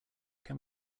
can